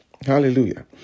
Hallelujah